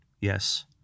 Yes